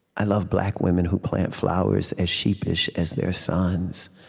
i love black women who plant flowers as sheepish as their sons.